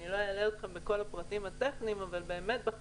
ואני לא אלאה אתכם בכל הפרטים הטכניים בחרנו